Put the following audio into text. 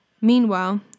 Meanwhile